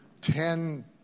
ten